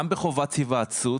גם בחובת היוועצות,